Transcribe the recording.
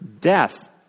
death